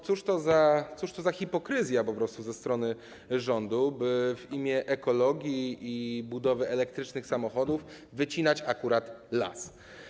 Cóż to za hipokryzja po prostu ze strony rządu, by w imię ekologii i budowy elektrycznych samochodów wycinać akurat las?